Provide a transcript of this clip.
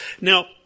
Now